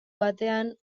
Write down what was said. batean